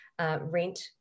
rent